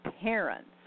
parents